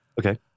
Okay